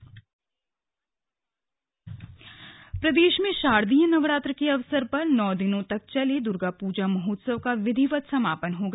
slug Durga महोत्सव प्रदेश में शारदीय नवरात्र के अवसर पर नौ दिनों तक चले दुर्गा पूजा महोत्सव का विधिवत समापन हो गया